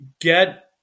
get